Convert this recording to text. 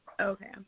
Okay